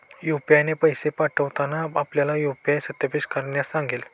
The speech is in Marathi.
यू.पी.आय ने पैसे पाठवताना आपल्याला यू.पी.आय सत्यापित करण्यास सांगेल